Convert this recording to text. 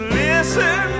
listen